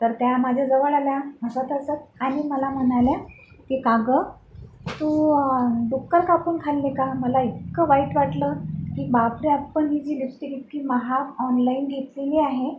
तर त्या माझ्याजवळ आल्या हसतहसत आणि मला म्हणाल्या की का गं तू डुक्कर कापून खाल्ले का मला इतकं वाईट वाटलं की बापरे आपण ही जी लिपस्टिक इतकी महाग ऑनलाईन घेतलेली आहे